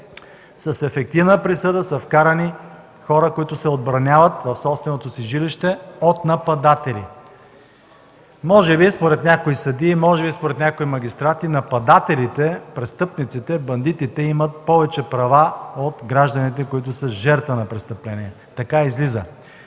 с ефективна присъда са вкарани хора, които се отбраняват от нападатели в собственото си жилище. Може би според някои съдии, може би според някои магистрати нападателите, престъпниците, бандитите имат повече права от гражданите, които са жертва на престъпление. Така излиза.